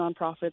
nonprofits